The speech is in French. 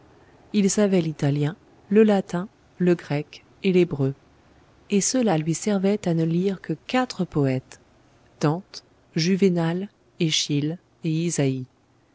il savait l'italien le latin le grec et l'hébreu et cela lui servait à ne lire que quatre poètes dante juvénal eschyle et isaïe